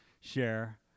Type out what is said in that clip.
share